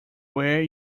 where